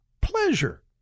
pleasure